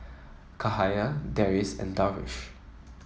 Cahaya Deris and Darwish